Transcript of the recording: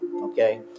Okay